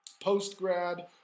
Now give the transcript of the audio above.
Post-grad